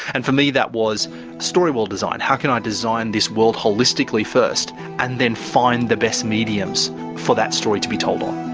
and for me that was story world design, how can i design this world holistically first and then find the best mediums for that story to be told on?